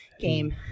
game